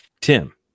tim